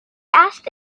asked